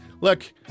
look